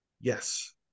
Yes